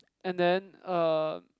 and then uh